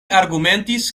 argumentis